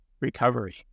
recovery